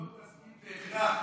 לא תסכים בהכרח?